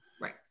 right